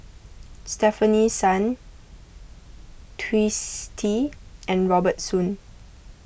Stefanie Sun Twisstii and Robert Soon